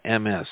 MS